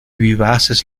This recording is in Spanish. vivaces